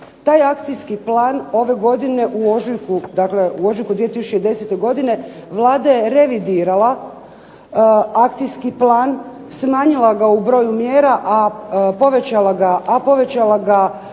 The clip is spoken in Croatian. Taj akcijski plan ove godine u ožujku 2010. godine Vlada je revidirala akcijski plan, smanjila ga u broju mjera, a povećala ga